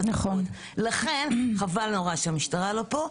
לכן חבל שהמשטרה לא פה,